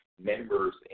members